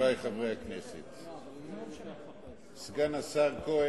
חברי חברי הכנסת, סגן השר כהן,